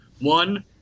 one